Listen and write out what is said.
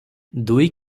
ଦୁଇ